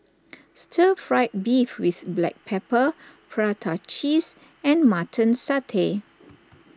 Stir Fried Beef with Black Pepper Prata Cheese and Mutton Satay